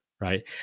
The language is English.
right